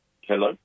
Hello